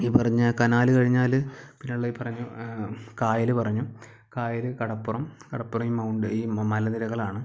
ഈ പറഞ്ഞ കനാല് കഴിഞ്ഞാല് പിന്നെ ഈ പറഞ്ഞു കായല് പറഞ്ഞു കായല് കടപ്പുറം കടപ്പുറം ഈ മൗണ്ട് ഈ മലനിരകളാണ്